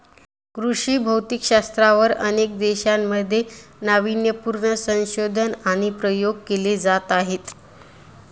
कृषी भौतिकशास्त्रावर अनेक देशांमध्ये नावीन्यपूर्ण संशोधन आणि प्रयोग केले जात आहेत